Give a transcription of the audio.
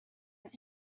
that